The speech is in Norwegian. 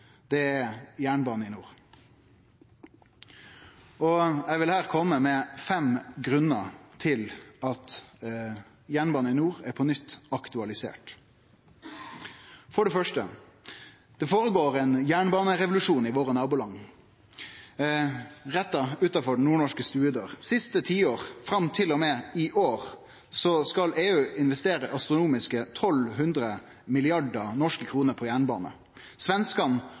i nord. Eg vil her kome med fem grunnar til at jernbane i nord på nytt er aktualisert: For det første: Det føregår ein jernbanerevolusjon i våre naboland, rett utanfor den nordnorske stovedøra. Siste tiår, fram til og med i år, skal EU investere astronomiske 1 200 mrd. NOK på jernbane. Svenskane